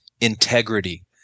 integrity